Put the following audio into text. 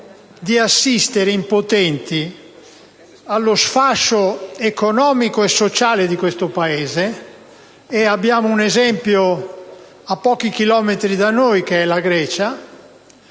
o assistere impotenti allo sfascio economico e sociale di questo Paese (e ne abbiamo un esempio a pochi chilometri da noi, in Grecia)